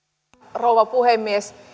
rouva puhemies